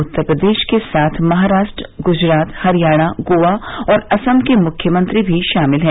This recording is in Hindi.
उत्तर प्रदेश के साथ महाराष्ट्र गुजरात हरियाणा गोवा और असम के मुख्यमंत्री भी शामिल हैं